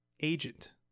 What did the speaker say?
agent